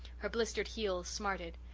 her blistered heels smarted.